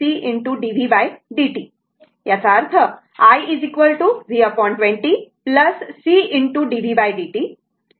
याचा अर्थ i v 20 c d v d t